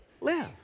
Live